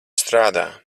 strādā